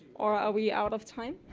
are we out of time?